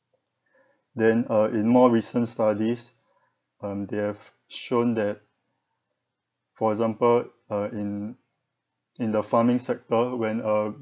then uh in more recent studies um they have shown that for example uh in in the farming sector when a